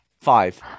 Five